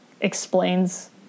explains